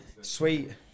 Sweet